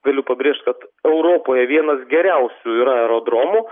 galiu pabrėžt kad europoje vienas geriausių yra aerodromų